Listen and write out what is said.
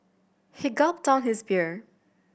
he gulped down his beer